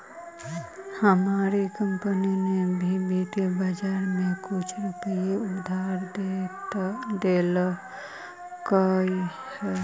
हमार कंपनी ने भी वित्तीय बाजार में कुछ रुपए उधार देलकइ हल